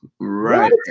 right